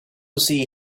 see